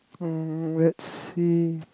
mm let's see